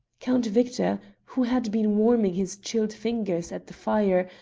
count victor, who had been warming his chilled fingers at the fire,